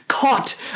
caught